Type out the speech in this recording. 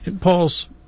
Paul's